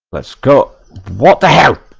but school what the hell